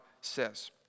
says